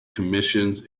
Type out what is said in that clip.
commissions